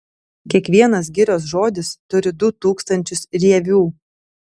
kiekvienas girios žodis turi du tūkstančius rievių